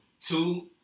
Two